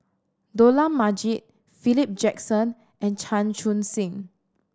Dollah Majid Philip Jackson and Chan Chun Sing